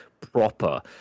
proper